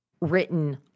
written